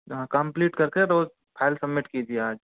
हाँ कंप्लीट करके रोज फाइल सबमिट कीजिए आज